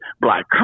black